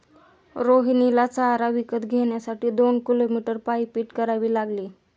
रोहिणीला चारा विकत घेण्यासाठी दोन किलोमीटर पायपीट करावी लागली